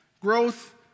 Growth